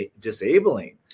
disabling